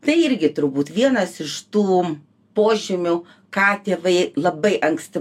tai irgi turbūt vienas iš tų požymių ką tėvai labai anksti